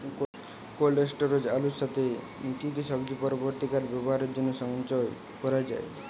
Cold স্টোরেজে আলুর সাথে কি কি সবজি পরবর্তীকালে ব্যবহারের জন্য সঞ্চয় করা যায়?